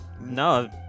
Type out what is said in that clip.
No